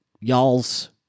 y'all's